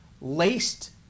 laced